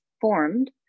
formed